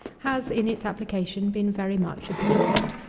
has, in its application, been very much abused.